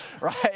right